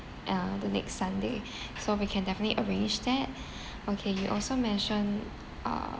uh the next sunday so we can definitely arrange that okay you also mention uh